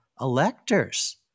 electors